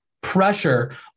pressure